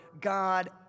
God